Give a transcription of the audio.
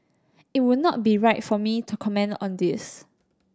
it would not be right for me to comment on this